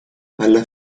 alla